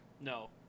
No